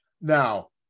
Now